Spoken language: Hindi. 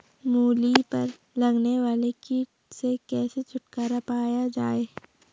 मूली पर लगने वाले कीट से कैसे छुटकारा पाया जाये?